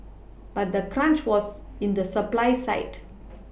but the crunch was in the supply side